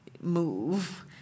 move